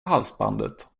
halsbandet